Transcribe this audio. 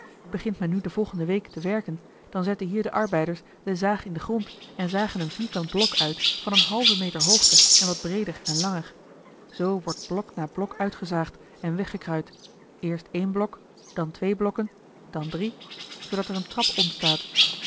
begint men nu de volgende week te werken dan zetten hier de arbeiders de zaag in den grond en zagen een vierkant blok uit van een halven meter hoogte en wat breeder en langer zoo wordt blok na blok uitgezaagd en weggekruid eerst éen blok dan twee blokken dan drie zoodat er eene trap ontstaat